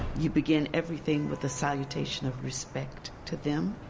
you begin everything with the salutation of respect to them,